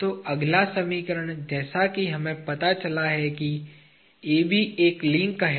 तो अगला सरलीकरण जैसा कि हमें पता चला है कि AB एक लिंक है